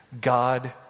God